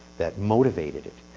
that motivated it.